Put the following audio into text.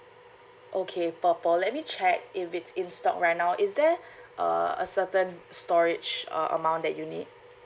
okay purple let me check if it's in stock right now is there uh a certain storage uh amount that you need